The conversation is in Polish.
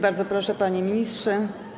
Bardzo proszę, panie ministrze.